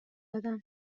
دادن